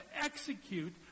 execute